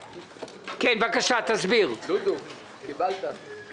בבקשה תסביר מה הם העודפים.